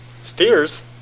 Steers